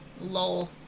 Lol